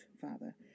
Father